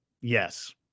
yes